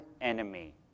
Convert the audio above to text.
enemy